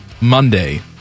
monday